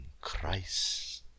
Christ